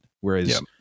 whereas